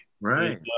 right